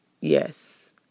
Yes